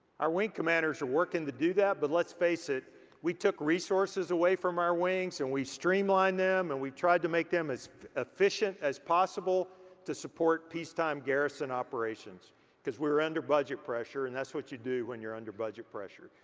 our wing commanders are working to do that, but let's face it we took resources away from our wings and we streamlined them and we've tried to make them as efficient as possible to support peace time garrison operations cause we're under budget pressure and that's what you do when you're under budget pressure.